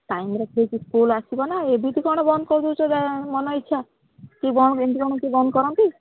ଟାଇମ୍ରେ ଠିକ୍ ସ୍କୁଲ ଆସିବ ନା ଏମିତି କ'ଣ ବନ୍ଦ କରିଦେଉଛ ମନ ଇଚ୍ଛା ଏ କ'ଣ ଏମିତି କ'ଣ କିଏ ବନ୍ଦ କରନ୍ତି